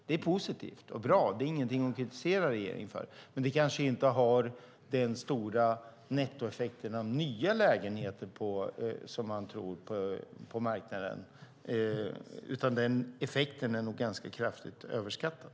Det är positivt och bra och inget att kritisera regeringen för, men det kanske inte får den stora nettoeffekt av nya lägenheter på marknaden som man tror. Den effekten är nog ganska kraftigt överskattad.